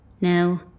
No